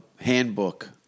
handbook